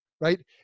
Right